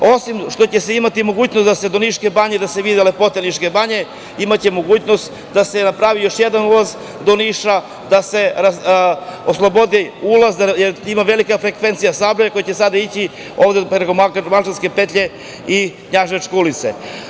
Osim što će se imati mogućnost da se do Niške banje ode, da se vide lepote Niške banje, imaće mogućnost da se napravi još jedan ulaz do Niša, da se oslobodi ulaz, jer je velika frekvencija saobraćaja koja će sada ići preko Malčanske petlje i Knjaževačke ulice.